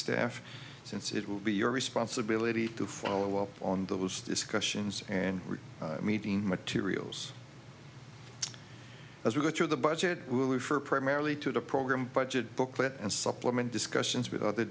staff since it will be your responsibility to follow up on those discussions and we're meeting materials as we go through the budget for primarily to the program budget booklet and supplement discussions